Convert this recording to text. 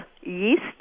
yeast